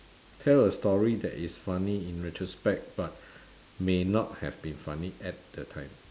tell a story that is funny in retrospect but may not have been funny at the time